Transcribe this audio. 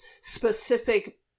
specific